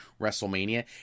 WrestleMania